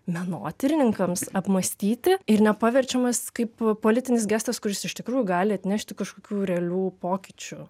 menotyrininkams apmąstyti ir nepaverčiamas kaip politinis gestas kuris iš tikrųjų gali atnešti kažkokių realių pokyčių